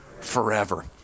forever